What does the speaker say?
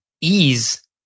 ease